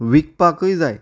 विकपाकय जाय